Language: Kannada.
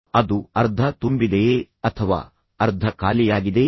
ಅದು ಅರ್ಧ ತುಂಬಿದೆಯೇ ಅಥವಾ ಅರ್ಧ ಖಾಲಿಯಾಗಿದೆಯೇ